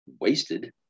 wasted